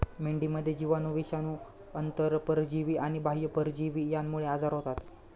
मेंढीमध्ये जीवाणू, विषाणू, आंतरपरजीवी आणि बाह्य परजीवी यांमुळे आजार होतात